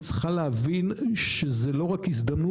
ישראל צריכה להבין שזו לא רק הזדמנות,